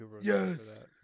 Yes